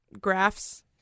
graphs